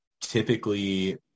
typically